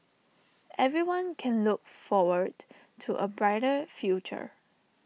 everyone can look forward to A brighter future